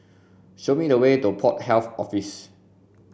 show me the way to Port Health Office